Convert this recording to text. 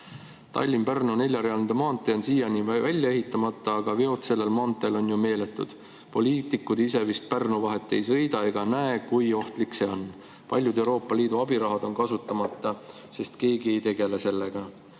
Tallinna-Pärnu neljarealine maantee on siiani välja ehitamata, aga veod sellel maanteel on ju meeletud. Poliitikud ise vist Pärnu vahet ei sõida ega näe, kui ohtlik see on. Paljud Euroopa Liidu abirahad on kasutamata, sest keegi ei tegele sellega